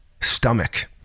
Stomach